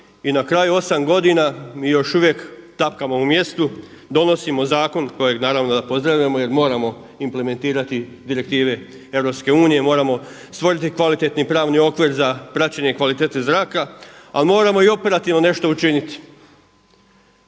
I na kraju, osam godina mi još uvijek tapkamo u mjestu, donosimo zakon kojeg naravno da pozdravljamo jer moramo implementirati direktive EU, moramo stvoriti kvalitetni pravni okvir za praćenje kvalitete zraka. Ali moramo i operativno nešto učiniti,